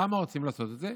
למה רוצים לעשות את זה?